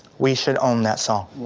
we should own that song.